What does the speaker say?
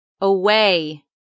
Away